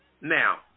Now